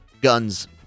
Guns